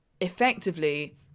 effectively